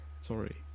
Sorry